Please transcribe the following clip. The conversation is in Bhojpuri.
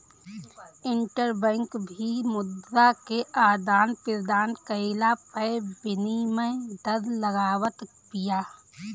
इंटरबैंक भी मुद्रा के आदान प्रदान कईला पअ विनिमय दर लगावत बिया